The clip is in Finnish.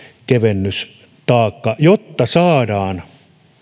kevennystaakka jotta saadaan